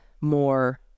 more